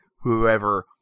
whoever